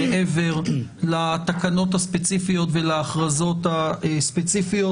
מעבר לתקנות הספציפיות ולהכרזות הספציפיות.